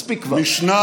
מספיק כבר.